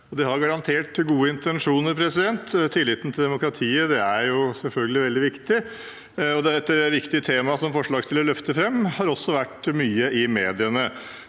de har garantert gode intensjoner. Tilliten til demokratiet er selvfølgelig veldig viktig. Det er et viktig tema som forslagsstillerne løfter fram, og det har også vært mye i mediene.